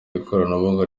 ikoranabuhanga